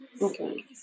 Okay